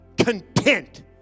content